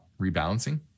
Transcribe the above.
rebalancing